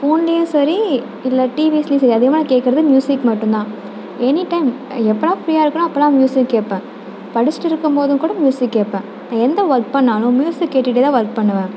ஃபோன்லேயும் சரி இல்லை டிவிஸ்லேயும் சரி அதிகமாக நான் கேட்கறது மியூசிக் மட்டும் தான் எனி டைம் எப்பெல்லாம் ஃப்ரீயாக இருக்கேனோ அப்பெல்லாம் மியூசிக் கேட்பேன் படிச்சுட்டு இருக்கும் போதும் கூட மியூசிக் கேட்பேன் நான் எந்த ஒர்க் பண்ணிணாலும் மியூசிக் கேட்டுக்கிட்டே தான் ஒர்க் பண்ணுவேன்